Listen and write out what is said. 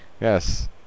yes